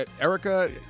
Erica